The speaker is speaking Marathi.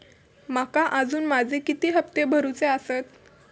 माका अजून माझे किती हप्ते भरूचे आसत?